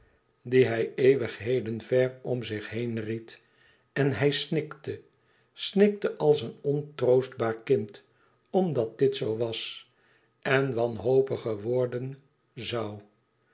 die hij eeuwigheden ver om zich heen ried en hij snikte snikte als een ontroostbaar kind omdat dit zoo was en wanhopiger worden zoû